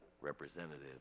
representative